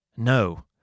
No